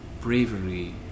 bravery